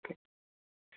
okay